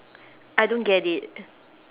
I don't get it